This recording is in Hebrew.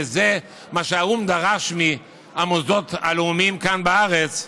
וזה מה שהאו"ם דרש מהמוסדות הלאומיים כאן בארץ: